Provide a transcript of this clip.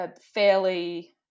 fairly